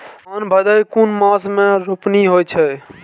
धान भदेय कुन मास में रोपनी होय छै?